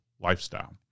lifestyle